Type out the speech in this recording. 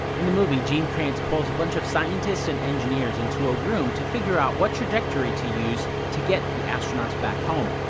in the movie, gene kranz pulls a bunch of scientists and engineers into a room to figure out what trajectory to use to get the astronauts home.